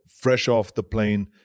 fresh-off-the-plane